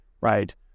right